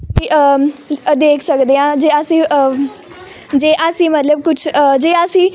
ਅਤੇ ਅ ਦੇਖ ਸਕਦੇ ਆਂ ਜੇ ਅਸੀਂ ਜੇ ਅਸੀਂ ਮਤਲਬ ਕੁਝ ਅ ਜੇ ਅਸੀਂ